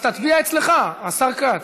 אז תצביע אצלך, השר כץ.